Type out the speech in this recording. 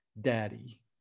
daddy